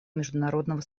международного